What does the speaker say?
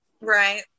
right